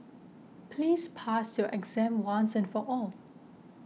please pass your exam once and for all